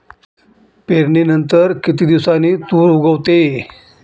पेरणीनंतर किती दिवसांनी तूर उगवतो?